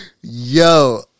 Yo